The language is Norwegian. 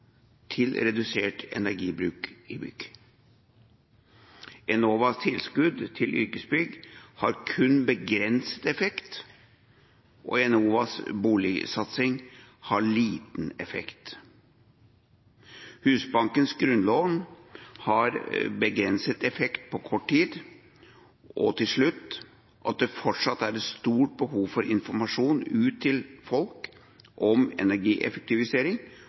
til redusert energibruk i bygg. Enovas tilskudd til yrkesbygg har kun begrenset effekt, og Enovas boligsatsing har liten effekt. Husbankens grunnlån har begrenset effekt på kort tid, og – til slutt – det er fortsatt et stort behov for informasjon ut til folk om energieffektivisering